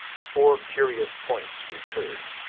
four curious points recurred